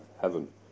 Heaven